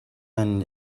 маань